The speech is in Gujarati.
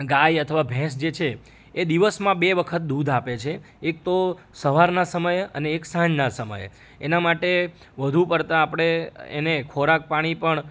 ગાય અથવા ભેંસ જે છે એ દિવસમાં બે વખત દૂધ આપે છે એક તો સવારના સમયે અને એક સાંજના સમયે એના માટે વધુ પડતા આપણે એને ખોરાક પાણી પણ